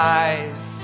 eyes